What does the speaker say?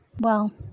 Well